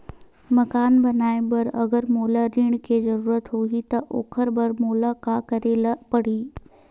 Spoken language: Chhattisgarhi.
मकान बनाये बर अगर मोला ऋण के जरूरत होही त ओखर बर मोला का करे ल पड़हि?